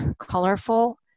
colorful